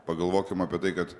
pagalvokim apie tai kad